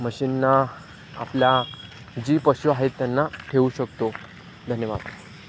म्हशींना आपल्या जे पशु आहेत त्यांना ठेवू शकतो धन्यवाद